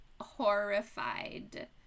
horrified